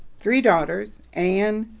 three daughters, ann,